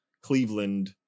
Cleveland